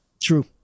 true